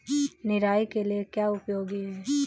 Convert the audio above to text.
निराई के लिए क्या उपयोगी है?